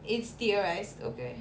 it's theorised okay